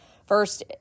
First